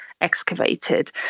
excavated